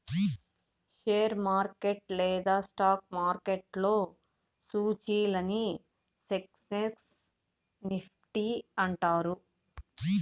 share market లేదా stock మార్కెట్లో సూచీలని సెన్సెక్స్ నిఫ్టీ అంటారు